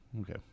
Okay